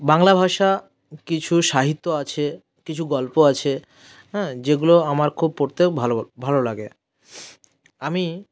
বাংলা ভাষা কিছু সাহিত্য আছে কিছু গল্প আছে হ্যাঁ যেগুলো আমার খুব পড়তেও ভালো ভালো লাগে আমি